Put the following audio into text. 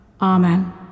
Amen